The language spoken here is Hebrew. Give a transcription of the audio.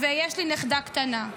ויש לי נכדה קטנה,